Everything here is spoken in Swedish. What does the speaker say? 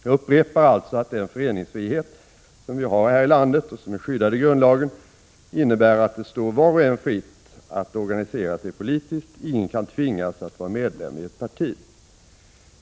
Jag upprepar alltså att den föreningsfrihet som vi har här i landet och som är skyddad i grundlagen innebär att det står var och en fritt att organisera sig politiskt. Ingen kan tvingas att vara medlem i ett parti.